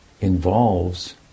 involves